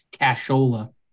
cashola